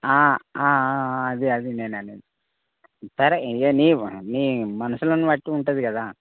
అదే అదే నేను అనేది సరే ఇక నీ నీ మనుషులని బట్టి ఉంటుంది కదా